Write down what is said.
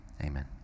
Amen